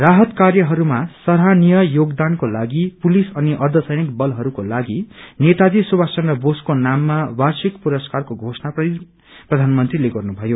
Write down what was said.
राहत कार्यमा सराहनीय योगदानकोलागि पुलिस अनि अर्छसैनिक बलहरूको लागि नेताजी सुभाष चन्द्र बोसको नाममा वार्षिक पुरस्कारको घोषणा पनि प्रधानमन्त्रीले गर्नु भयो